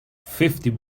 fifty